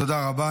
תודה רבה.